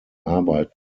arbeiten